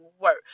work